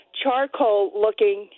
charcoal-looking